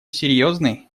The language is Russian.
серьезный